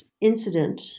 incident